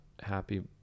happy